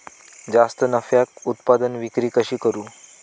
जास्त नफ्याक उत्पादन विक्री कशी करू?